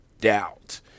doubt